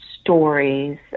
stories